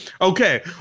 okay